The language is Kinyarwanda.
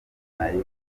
nayo